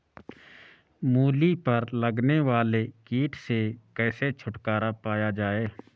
मूली पर लगने वाले कीट से कैसे छुटकारा पाया जाये?